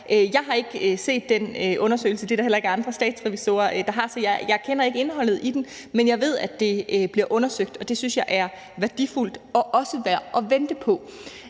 Jeg har ikke set den undersøgelse, og det er der heller ikke andre statsrevisorer der har, så jeg kender ikke indholdet i den; men jeg ved, at det bliver undersøgt, og det synes jeg er værdifuldt og også værd at vente på.